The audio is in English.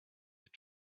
this